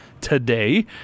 today